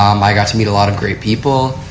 um i got to meet a lot of great people.